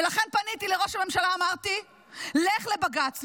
ולכן פניתי לראש הממשלה, אמרתי: לך לבג"ץ.